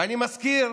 ואני מזכיר